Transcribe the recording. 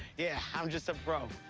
yeah, i'm just a pro.